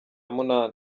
munani